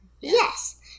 Yes